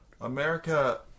america